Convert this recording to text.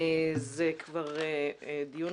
זה כבר דיון